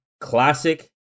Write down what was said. Classic